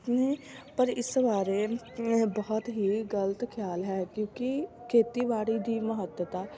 ਨੇ ਪਰ ਇਸ ਬਾਰੇ ਇਹ ਬਹੁਤ ਹੀ ਗਲਤ ਖਿਆਲ ਹੈ ਕਿਉਂਕਿ ਖੇਤੀਬਾੜੀ ਦੀ ਮਹੱਤਤਾ